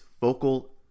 vocal